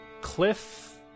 cliff